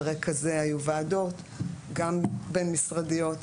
על רקע זה היו ועדות גם בין משרדיות,